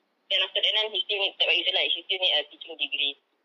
then after that then he still need like what you said lah he still need a teaching degree